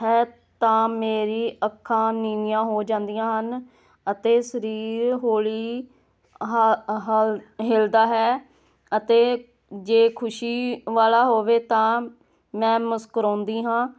ਹੈ ਤਾਂ ਮੇਰੀ ਅੱਖਾਂ ਨੀਵੀਆਂ ਹੋ ਜਾਂਦੀਆਂ ਹਨ ਅਤੇ ਸਰੀਰ ਹੌਲੀ ਅਹਲ ਅਹਲ ਹਿਲਦਾ ਹੈ ਅਤੇ ਜੇ ਖੁਸ਼ੀ ਵਾਲਾ ਹੋਵੇ ਤਾਂ ਮੈਂ ਮੁਸਕਰਾਉਂਦੀ ਹਾਂ